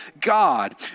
God